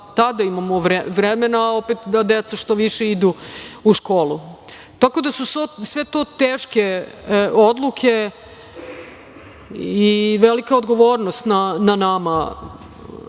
tada imamo vremena, a opet da deca što više idu u školu. Tako da, sve su to teške odluke i velika je odgovornost na nama.